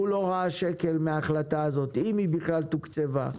הוא לא ראה שקל מההחלטה הזאת, אם היא בכלל תוקצבה.